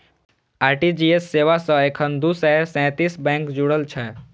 RTGS सेवा सं एखन दू सय सैंतीस बैंक जुड़ल छै